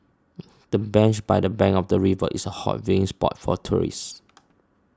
the bench by the bank of the river is a hot viewing spot for tourists